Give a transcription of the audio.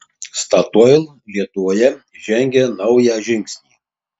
statoil lietuvoje žengia naują žingsnį